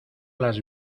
las